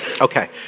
Okay